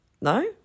No